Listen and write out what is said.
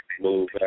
move